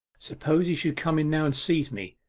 suppose he should come in now and seize me